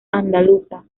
andaluza